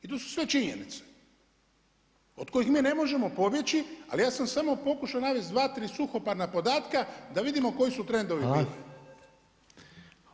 I to su sve činjenice od kojih mi ne možemo pobjeći ali ja sam samo pokušao navesti 2, 3 suhoparna podatka da vidimo koji su trendovi bili.